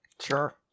Sure